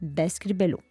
be skrybėlių